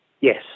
Yes